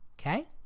Okay